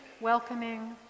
welcoming